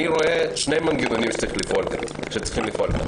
אני רואה שני מנגנונים שצריכים לפעול.